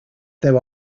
there